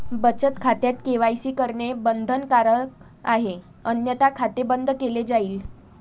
बचत खात्यात के.वाय.सी करणे बंधनकारक आहे अन्यथा खाते बंद केले जाईल